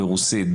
ברוסית,